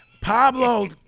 Pablo